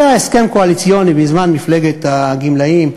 היה הסכם קואליציוני בזמן מפלגת הגמלאים,